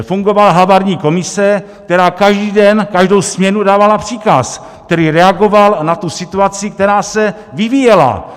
Fungovala havarijní komise, která každý den, každou směnu dávala příkaz, který reagoval na tu situaci, která se vyvíjela.